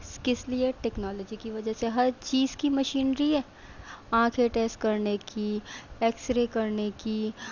کس لئے ٹیکنالوجی کی وجہ سے ہر چیز کی مشینری ہے آنکھیں ٹیسٹ کرنے کی ایکسرے کرنے کی